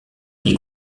qui